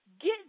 get